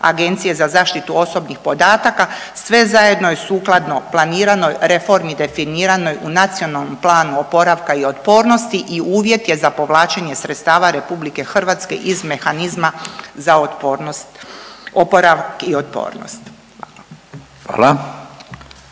Agencije za zaštitu osobnih podataka, sve zajedno je sukladno planiranoj reformi definiranoj u NPOO-u i uvjet je za povlačenje sredstava RH iz Mehanizma za otpornost, oporavak i otpornost.